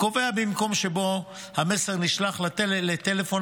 הקובע כי במקום שבו המסר נשלח לטלפון